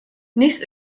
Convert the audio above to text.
nichts